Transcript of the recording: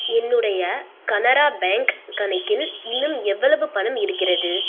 என்னுடைய கனரா பேங்க் கணக்கில் இன்னும் எவ்வளவு பணம் இருக்கிறது